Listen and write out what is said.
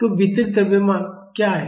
तो वितरित द्रव्यमान क्या है